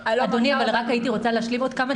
אדוני, הייתי רוצה רק להשלים עוד כמה דברים.